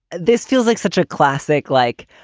this feels like such a classic like,